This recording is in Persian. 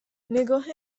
نگاه